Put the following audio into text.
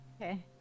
Okay